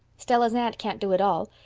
stella's aunt can't do it all.